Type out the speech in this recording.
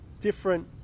different